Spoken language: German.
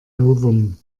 novum